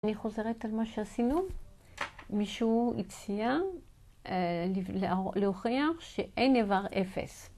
אני חוזרת על מה שעשינו. מישהו הציע להוכיח שאין איבר אפס.